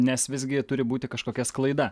nes visgi turi būti kažkokia sklaida